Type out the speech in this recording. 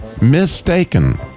Mistaken